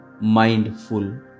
mindful